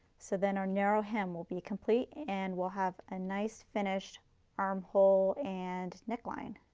so then our narrow hem will be complete and will have a nice finished armhole and neckline.